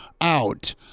out